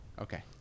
Okay